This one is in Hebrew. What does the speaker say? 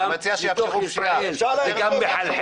לתוך ישראל ------ אני מציע שיאפשרו --- זה גם מחלחל